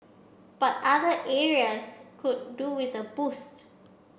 but other areas could do with a boost